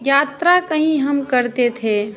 यात्रा कहीं हम करते थे